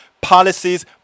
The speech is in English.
policies